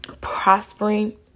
prospering